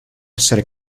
essere